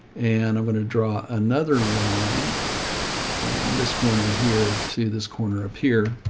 and i'm going to draw another line from this corner here to this corner up here.